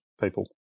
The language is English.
people